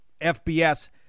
FBS